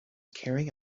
carrying